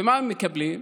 ומה מקבלים?